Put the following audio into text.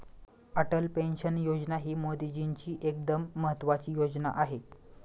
Atal pension योजना ही मोदीजींची एकदम महत्त्वाची योजना आहे